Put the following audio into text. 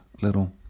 little